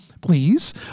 please